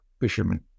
fishermen